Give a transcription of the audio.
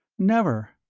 never.